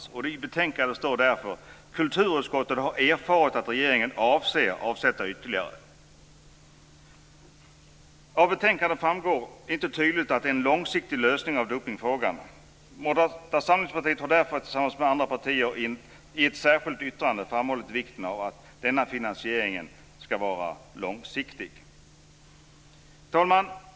Det heter därför i betänkandet "att kulturutskottet har erfarit" att regeringen avser att avsätta ytterligare medel. Av betänkandet framgår inte tydligt om det är fråga om en långsiktig lösning av dopningfrågan. Moderata samlingspartiet har därför tillsammans med andra partier i ett särskilt yttrande framhållit vikten av att denna finansiering ska vara långsiktig. Fri talman!